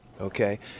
Okay